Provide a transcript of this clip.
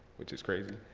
which is crazy.